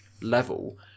level